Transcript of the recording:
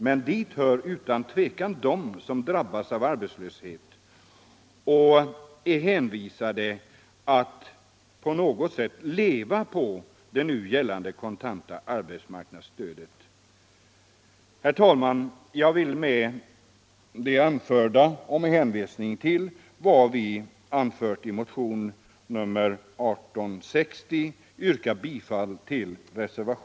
Men de som drabbas av arbetslöshet och är hänvisade till att på något sätt leva på det nu gällande kontanta arbetsmarknadsstödet hör utan tvivel dit.